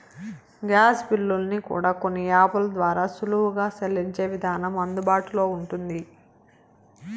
gas బిల్లుల్ని కూడా కొన్ని యాపుల ద్వారా సులువుగా సెల్లించే విధానం అందుబాటులో ఉంటుంది